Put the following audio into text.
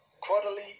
quarterly